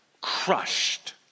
crushed